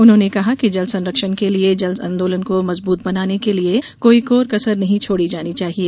उन्होंने कहा कि जल संरक्षण के लिए जल आंदोलन को मजबूत बनाने के लिए कोई कोर कसर नहीं छोड़ी जानी चाहिए